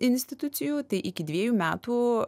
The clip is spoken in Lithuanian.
institucijų tai iki dviejų metų